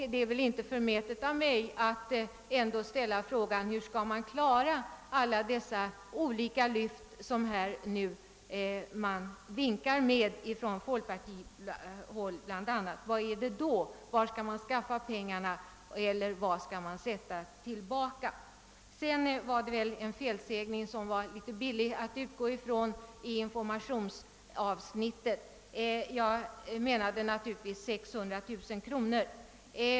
Det är väl inte förmätet av mig att ställa frågan: Hur skall man klara alla dessa olika lyft, som man nu vinkar med bl.a. från folkpartihåll? Var skall man skaffa pengarna, eller vad man skall sätta tillbaka? Det var en smula billigt att utgå från min felsägning i informationsavsnittet. Jag menade naturligtvis 600 000 kronor.